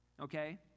okay